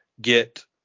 get